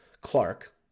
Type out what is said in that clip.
Clark